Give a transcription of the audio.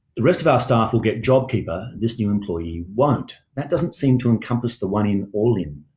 the rest of our staff will get jobkeeper, this new employee won't. that doesn't seem to encompass the one in, all in.